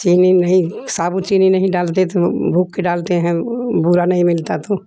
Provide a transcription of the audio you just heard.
चीनी नहीं साबुत चीनी नहीं डालते तो बूक के डालते हैं भूरा नहीं मिलता तो